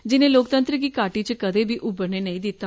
जिनें लोकतंत्र गी घाटी च कदें बी उभरने नेई दित्ता